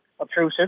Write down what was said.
obtrusive